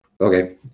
Okay